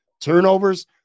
turnovers